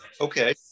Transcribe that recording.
Okay